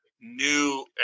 new